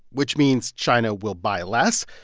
which means china will buy less,